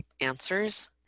answers